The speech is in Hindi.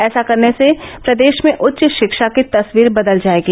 ऐसा करने से प्रदेश में उच्च शिक्षा की तस्वीर बदल जायेगी